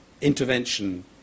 Intervention